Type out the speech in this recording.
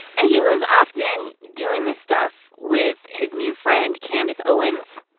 and he was often doing this stuff with his new friend, candace owens,